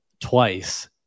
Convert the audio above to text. twice